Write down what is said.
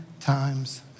times